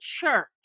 church